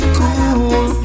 cool